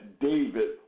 David